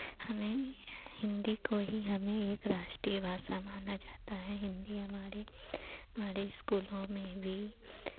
हमें हिन्दी को ही हमें एक राष्ट्रीय भाषा माना जाता है हिन्दी हमारी हमारे इस्कूलों में भी